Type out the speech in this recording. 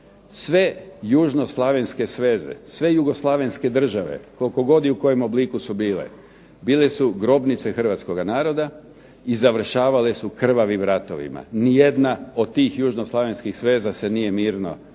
Sve južnoslavenske sveze, sve jugoslavenske države, koliko god i u kojem obliku su bile bile su grobnice hrvatskoga naroda i završavale su krvavim ratovima. Ni jedna od tih južnoslavenskih sveza se nije mirno razišla